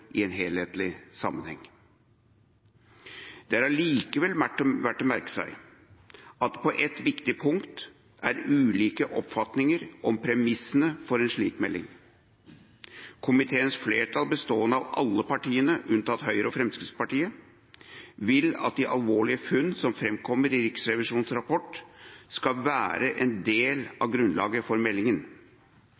i en helhetlig sammenheng. Det er allikevel verdt å merke seg at på ett viktig punkt er det ulike oppfatninger om premissene for en slik melding. Komiteens flertall, bestående av alle partiene unntatt Høyre og Fremskrittspartiet, vil at de alvorlige funnene som fremkommer i Riksrevisjonens rapport, skal være en del av grunnlaget for meldingen.